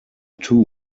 two